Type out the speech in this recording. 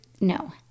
No